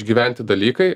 išgyventi dalykai